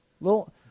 Little